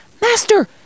Master